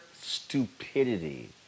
stupidity